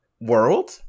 world